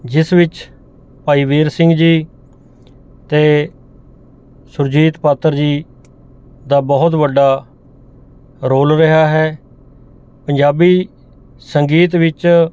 ਜਿਸ ਵਿੱਚ ਭਾਈ ਵੀਰ ਸਿੰਘ ਜੀ ਅਤੇ ਸੁਰਜੀਤ ਪਾਤਰ ਜੀ ਦਾ ਬਹੁਤ ਵੱਡਾ ਰੋਲ ਰਿਹਾ ਹੈ ਪੰਜਾਬੀ ਸੰਗੀਤ ਵਿੱਚ